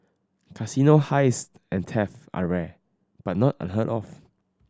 casino heist and theft are rare but not unheard of